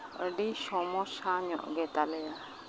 ᱟᱹᱰᱤ ᱥᱚᱢᱚᱥᱥᱟ ᱧᱚᱜ ᱜᱮᱛᱟ ᱞᱮᱭᱟ